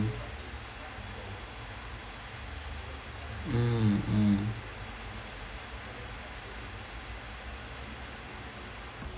mm mm